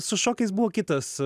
su šokiais buvo kitas